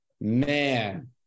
Man